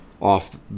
off